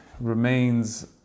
remains